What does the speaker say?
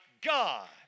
God